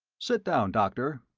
sit down, doctor,